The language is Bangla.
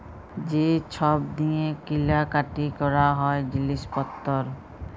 যে ছব দিঁয়ে কিলা কাটি ক্যরা হ্যয় জিলিস পত্তর